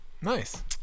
nice